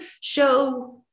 show